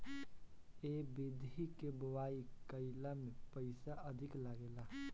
ए विधि के बोआई कईला में पईसा अधिका लागेला